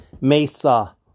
Mesa